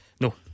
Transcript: No